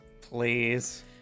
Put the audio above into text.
Please